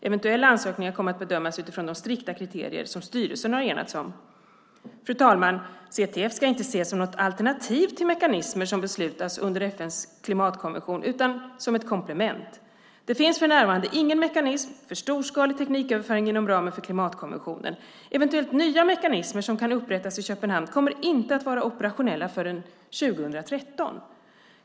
Eventuella ansökningar kommer att bedömas utifrån de strikta kriterier som styrelsen har enats om. Fru talman! CTF ska inte ses som något alternativ till mekanismer som beslutas under FN:s klimatkonvention utan som ett komplement. Det finns för närvarande ingen mekanism för storskalig tekniköverföring inom ramen för klimatkonventionen. Eventuella nya mekanismer som kan upprättas i Köpenhamn kommer inte att vara operationella förrän 2013.